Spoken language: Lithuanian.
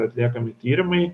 atliekami tyrimai